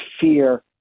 fear